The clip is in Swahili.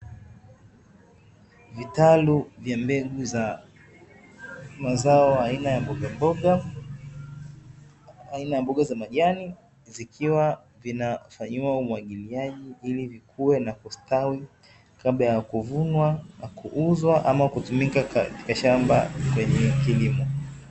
Vitalu vya mbegu za mazao aina za mbogamboga, aina ya mboga za majani zikiwa zinafanyiwa umwagiliaji ili zikuwe na kustawi, kabla ya kuvunwa na kuuzwa ama kutumika katika shamba lenye kilimo.